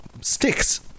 sticks